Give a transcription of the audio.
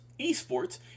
ESports